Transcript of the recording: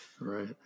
Right